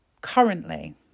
Currently